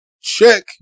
check